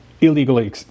illegally